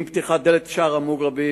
עם פתיחת דלת שער המוגרבים,